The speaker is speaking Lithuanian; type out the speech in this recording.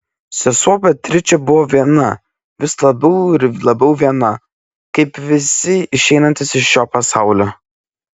sesuo beatričė buvo viena vis labiau ir labiau viena kaip visi išeinantys iš šio pasaulio